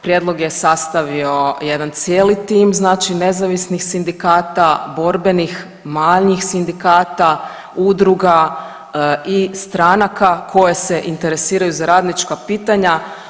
Prijedlog je sastavio jedan cijeli tim znači nezavisnih sindikata, borbenih manjih sindikata, udruga i stranaka koje se interesiraju za radnička pitanja.